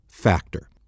Factor